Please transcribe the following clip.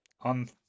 on